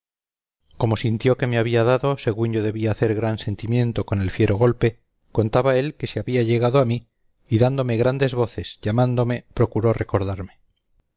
como sintió que me había dado según yo debía hacer gran sentimiento con el fiero golpe contaba él que se había llegado a mí y dándome grandes voces llamándome procuró recordarme